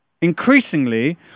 Increasingly